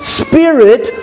spirit